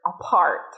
Apart